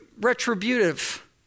retributive